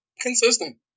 consistent